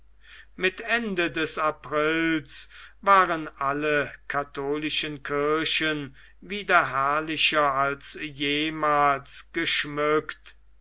mit ende des aprils waren alle katholischen kirchen wieder herrlicher als jemals geschmückt